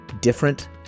different